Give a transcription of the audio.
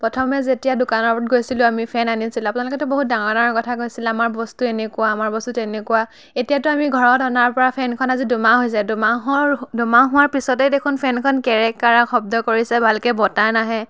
প্ৰথমে যেতিয়া দোকানৰ আগত গৈছিলোঁ আমি ফেন আনিছিলোঁ আপোনালোকেতো বহুত ডাঙৰ ডাঙৰ কথা কৈছিল আমাৰ বস্তু এনেকুৱা আমাৰ বস্তু তেনেকুৱা এতিয়াতো আমি ঘৰত অনাৰ পৰা ফেনখন আজি দুমাহ হৈছে দুমাহৰ দুমাহ হোৱাৰ পিছতে দেখোন ফেনখন কেৰেক কাৰাক শব্দ কৰিছে ভালকৈ বতাহ নাহে